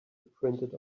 printed